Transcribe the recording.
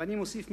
ואני מוסיף משלי: